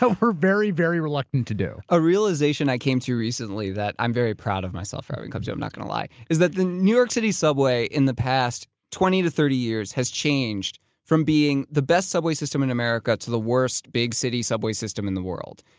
so very, very reluctant to do. a realization i came to recently, that i'm very proud of myself for having come to, i'm not gonna lie, is that the new york city subway in the past twenty to thirty years has changed from being the subway system in america to the worst big-city subway system in the world.